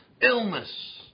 Illness